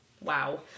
wow